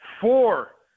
Four